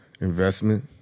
investment